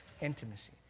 Intimacy